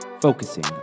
focusing